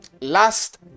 last